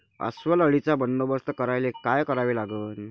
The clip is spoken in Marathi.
अस्वल अळीचा बंदोबस्त करायले काय करावे लागन?